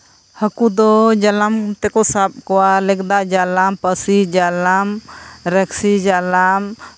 ᱦᱟᱹᱠᱩ ᱫᱚ ᱡᱟᱞᱟᱢ ᱛᱮᱠᱚ ᱥᱟᱵᱽ ᱠᱚᱣᱟ ᱞᱮᱵᱽᱫᱟ ᱡᱟᱞᱟᱢ ᱯᱟᱹᱥᱤ ᱡᱟᱞᱟᱢ ᱨᱟᱠᱥᱤ ᱡᱟᱞᱟᱢ